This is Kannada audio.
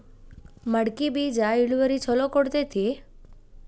ಮಡಕಿ ಬೇಜ ಇಳುವರಿ ಛಲೋ ಕೊಡ್ತೆತಿ?